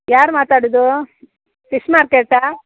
ಯಾರು ಮಾತಾಡದು ಫಿಶ್ ಮಾರ್ಕೆಟ್ಟಾ